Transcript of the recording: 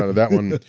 ah that one,